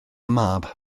mab